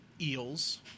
eels